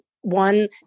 one